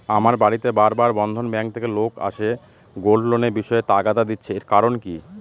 আমার বাড়িতে বার বার বন্ধন ব্যাংক থেকে লোক এসে গোল্ড লোনের বিষয়ে তাগাদা দিচ্ছে এর কারণ কি?